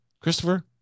Christopher